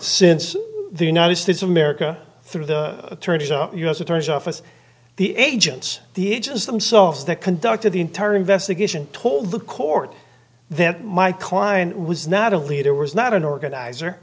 since the united states of america through the attorneys up u s attorney's office the agents the agents themselves that conducted the entire investigation told the court that my client was not a leader was not an organizer